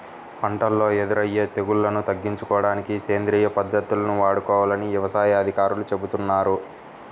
పంటల్లో ఎదురయ్యే తెగుల్లను తగ్గించుకోడానికి సేంద్రియ పద్దతుల్ని వాడుకోవాలని యవసాయ అధికారులు చెబుతున్నారు